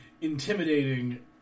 intimidating